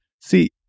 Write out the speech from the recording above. See